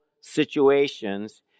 situations